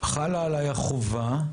חלה עליי החובה,